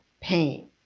pain